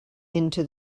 into